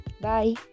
bye